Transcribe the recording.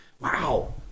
Wow